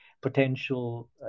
potential